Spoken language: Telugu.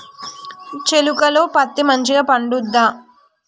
చేలుక లో పత్తి మంచిగా పండుద్దా?